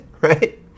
right